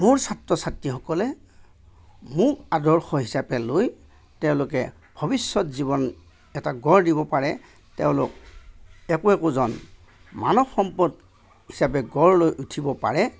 মোৰ ছাত্ৰ ছাত্ৰীসকলে মোক আদৰ্শ হিচাপে লৈ তেওঁলোকে ভৱিষ্যৎ জীৱন এটা গঢ় দিব পাৰে তেওঁলোক একো একোজন মানৱ সম্পদ হিচাপে গঢ় লৈ উঠিব পাৰে